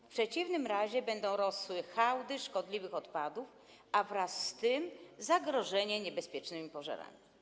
W przeciwnym razie będą rosły hałdy szkodliwych odpadów, a wraz z tym zagrożenie niebezpiecznymi pożarami.